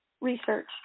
research